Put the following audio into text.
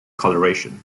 coloration